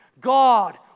God